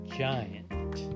giant